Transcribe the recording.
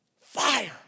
Fire